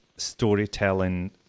storytelling